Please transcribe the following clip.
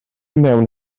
mewn